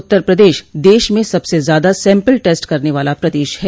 उत्तर प्रदश देश में सबसे ज्यादा सैम्पल टेस्ट करने वाला प्रदेश है